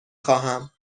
خواهم